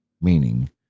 meaning